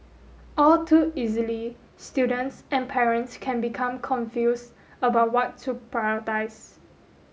all too easily students and parents can become confused about what to